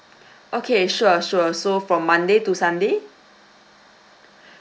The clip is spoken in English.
okay sure sure so from monday to sunday